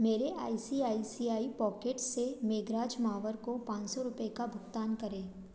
मेरे आई सी आई सी आई पॉकेट्स से मेघराज मावर को पाँच सौ रुपये का भुगतान करें